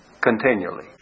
Continually